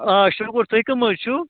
آ شُکُر تُہۍ کُم حظ چھِو